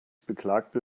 beklagte